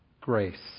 grace